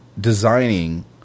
designing